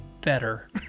better